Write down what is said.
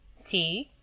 see?